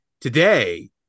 today